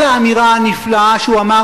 על האמירה הנפלאה שהוא אמר,